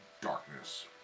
darkness